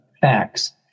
facts